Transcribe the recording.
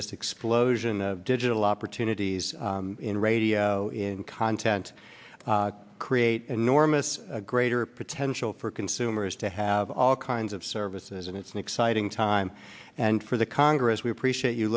this explosion the digital opportunities in radio in content create an enormous greater potential for consumers to have all kinds of services and it's an exciting time and for the congress we appreciate you